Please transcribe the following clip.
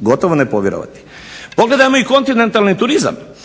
Gotovo nepovjerovati. Pogledajmo i kontinentalni turizam.